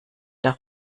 der